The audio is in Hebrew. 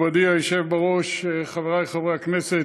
מכובדי היושב בראש, חברי חברי הכנסת,